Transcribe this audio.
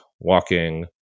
walking